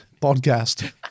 podcast